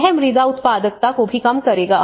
यह मृदा उत्पादकता को भी कम करेगा